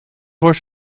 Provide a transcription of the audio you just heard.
voor